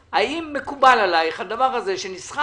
שלום.